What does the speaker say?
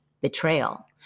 betrayal